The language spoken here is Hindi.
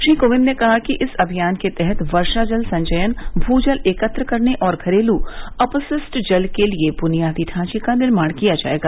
श्री कोविंद ने कहा कि इस अभियान के तहत वर्षा जल संचयन भूजल एकत्र करने और घरेलू अपशिष्ट जल के लिए बूनियादी ढांचे का निर्माण किया जाएगा